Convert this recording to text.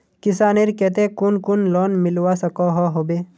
किसानेर केते कुन कुन लोन मिलवा सकोहो होबे?